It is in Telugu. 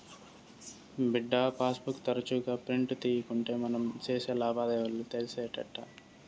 బిడ్డా, పాస్ బుక్ తరచుగా ప్రింట్ తీయకుంటే మనం సేసే లావాదేవీలు తెలిసేటెట్టా